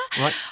Right